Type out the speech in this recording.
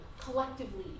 collectively